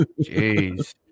Jeez